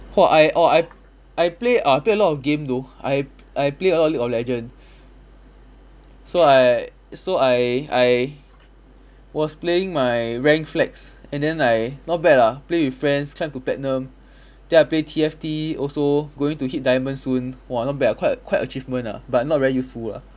!whoa! I oh I I play I play a lot of game though I I play a lot of league of legends so I so I I was playing my rank flex and then I not bad ah play with friends climb to platinum then I play T_F_T also going to hit diamond soon !whoa! not bad ah quite quite an achievement ah but not very useful lah